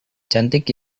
cantik